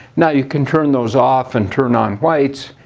now you can turn those off and turn on whites,